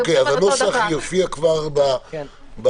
אוקיי, אז הנוסח יופיע כבר בהחלטה.